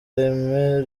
reme